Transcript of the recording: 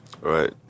Right